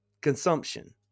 consumption